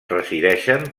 resideixen